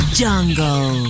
jungle